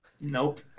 Nope